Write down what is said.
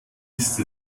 ist